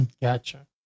gotcha